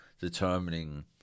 determining